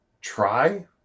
try